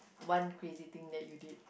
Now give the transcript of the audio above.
one crazy thing that you did